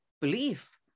belief